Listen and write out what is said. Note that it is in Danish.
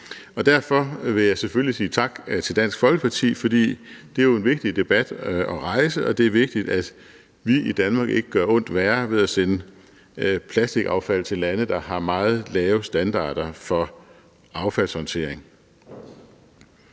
Derfor vil jeg selvfølgelig sige tak til Dansk Folkeparti, for det er jo en vigtig debat at rejse, og det er vigtigt, at vi i Danmark ikke gør ondt værre ved at sende plastikaffald til lande, der har meget lave standarder for affaldshåndtering.